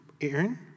Aaron